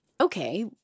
Okay